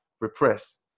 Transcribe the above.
repress